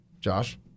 Josh